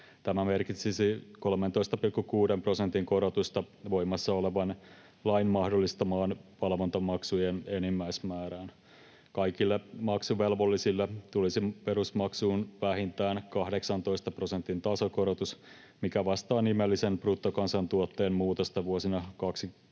Tämä merkitsisi 13,6 prosentin korotusta voimassa olevan lain mahdollistamaan valvontamaksujen enimmäismäärään. Kaikille maksuvelvollisille tulisi perusmaksuun vähintään 18 prosentin tasokorotus, mikä vastaa nimellisen bruttokansantuotteen muutosta vuosina 2016—2022.